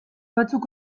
batzuk